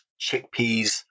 chickpeas